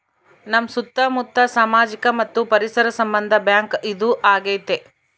ನಮ್ ಸುತ್ತ ಮುತ್ತ ಸಾಮಾಜಿಕ ಮತ್ತು ಪರಿಸರ ಸಂಬಂಧ ಬ್ಯಾಂಕ್ ಇದು ಆಗೈತೆ